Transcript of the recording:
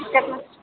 कितना